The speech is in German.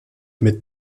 mit